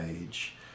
age